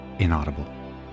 inaudible